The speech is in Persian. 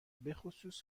بخصوص